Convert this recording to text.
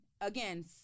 again